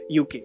uk